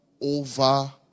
over